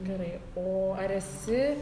gerai o ar esi